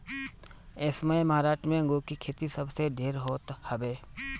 एसमय महाराष्ट्र में अंगूर के खेती सबसे ढेर होत हवे